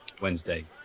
Wednesday